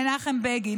מנחם בגין,